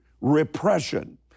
repression